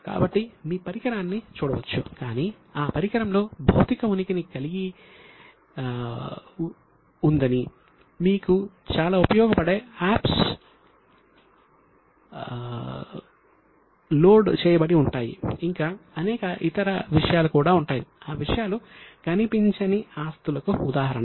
కాబట్టి మీరు మీ పరికరాన్ని చూడవచ్చు కానీ ఆ పరికరంలో భౌతిక ఉనికిని కలిగి ఉండని మీకు చాలా ఉపయోగపడే యాప్స్ లోడ్ చేయబడి ఉంటాయి ఇంకా అనేక ఇతర విషయాలు కూడా ఉంటాయి ఆ విషయాలు కనిపించని ఆస్తులకు ఉదాహరణ